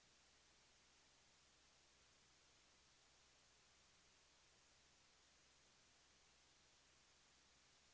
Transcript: Men jag undrar om Johnny Ahlqvist lyssnade på vad jag sade här i talarstolen om att det för kvinnor inom kontorsyrken är lika stora uppsägningar.